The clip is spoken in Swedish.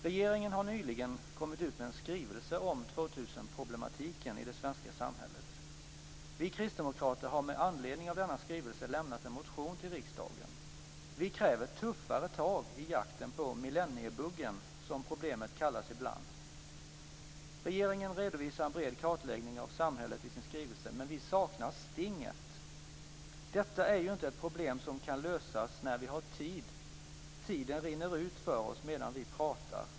Regeringen har nyligen kommit ut med en skrivelse om 2000-problematiken i det svenska samhället. Vi kristdemokrater har med anledning av denna skrivelse lämnat en motion till riksdagen. Vi kräver tuffare tag i jakten på "millenniebuggen", som problemet kallas ibland. Regeringen redovisar en bred kartläggning av samhället i sin skrivelse men vi saknar "stinget". Detta är ju inte ett problem som kan lösas när vi har tid. Tiden rinner ut för oss medan vi pratar.